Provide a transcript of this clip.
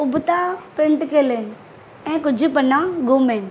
उबिता print कयलु आहिनि ऐं कुझु पना ग़ुम आहिनि